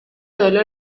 dolor